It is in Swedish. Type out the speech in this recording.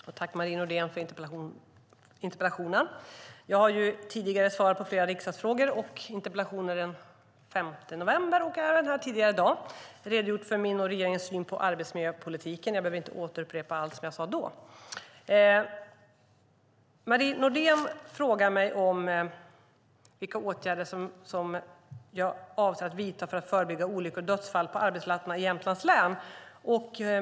Herr talman! Jag tackar Marie Nordén för interpellationen. Jag har svarat på flera riksdagsfrågor och interpellationer den 5 november och även tidigare i dag och redogjort för min och regeringens syn på arbetsmiljöpolitiken. Jag behöver inte återupprepa allt som jag då. Marie Nordén frågar mig vilka åtgärder jag avser att vidta för att förebygga olyckor och dödsfall på arbetsplatserna i Jämtlands län.